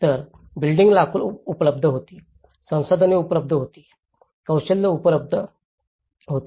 तर बिल्डिंगी लाकूड उपलब्ध होती संसाधने उपलब्ध होती कौशल्य उपलब्ध होते